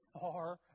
far